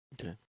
Okay